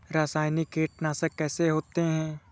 रासायनिक कीटनाशक कैसे होते हैं?